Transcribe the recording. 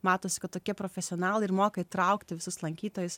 matosi kad tokie profesionalai ir moka įtraukti visus lankytojus